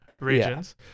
regions